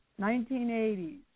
1980s